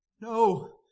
No